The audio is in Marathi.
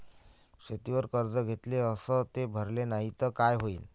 शेतीवर कर्ज घेतले अस ते भरले नाही तर काय होईन?